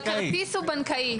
הכרטיס הוא בנקאי.